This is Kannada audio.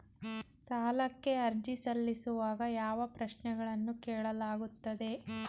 ಸಾಲಕ್ಕೆ ಅರ್ಜಿ ಸಲ್ಲಿಸುವಾಗ ಯಾವ ಪ್ರಶ್ನೆಗಳನ್ನು ಕೇಳಲಾಗುತ್ತದೆ?